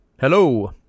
Hello